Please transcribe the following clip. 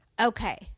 Okay